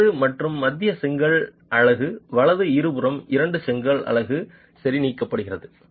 இடது மற்றும் மத்திய செங்கல் அலகு வலது இருபுறமும் இரண்டு செங்கல் அலகுகள் சரி நீக்கப்படும்